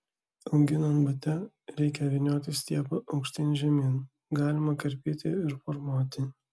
auginant bute reikia vynioti stiebą aukštyn žemyn galima karpyti ir formuoti